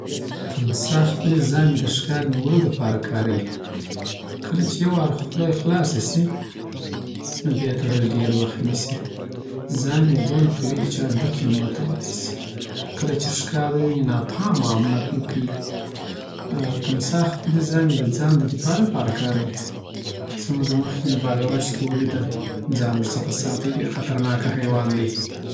تمساح خپلې ژامې د ښکار نیولو لپاره کاروي. کله چي یو وار خوله خلاسه سی، نو بیا یې تړل ډېروخت نسی ژامې‌یې دونه قوي دی، چي هډوکي هم ماتولای سي کله چي ښکار وویني، ناپامه حمله پر کیی تمساح خپل ژامې‌ د ځان د دپا دپاره کاریی څه موده مخکی می باغ وش کی ولیده، ځان ورڅخه ساتی، ډیر خطر ناکه حیوان دی